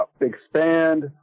expand